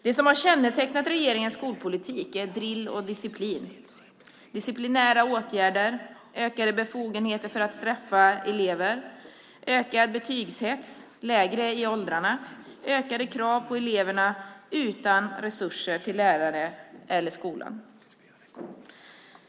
Det som har kännetecknat regeringens skolpolitik är drill och disciplin. Det är disciplinära åtgärder, ökade befogenheter för att straffa elever, ökad betygshets lägre i åldrarna och ökade krav på eleverna utan resurser till lärarna och skolorna.